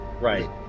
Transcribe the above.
Right